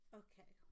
okay